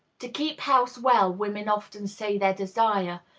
to keep house well women often say they desire.